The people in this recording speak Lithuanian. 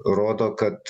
rodo kad